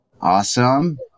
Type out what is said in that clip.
Awesome